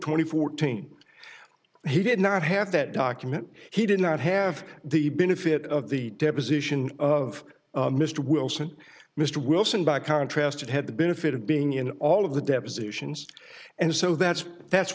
twenty fourth he did not have that document he did not have the benefit of the deposition of mr wilson mr wilson by contrast it had the benefit of being in all of the depositions and so that's that's